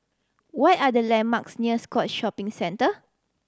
what are the landmarks near Scotts Shopping Centre